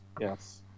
Yes